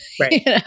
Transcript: Right